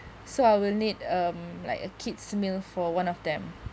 so I will need um like a kids meal for one of them